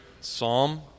psalm